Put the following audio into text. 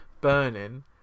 burning